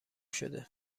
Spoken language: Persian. شده